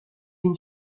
une